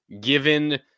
given